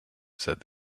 said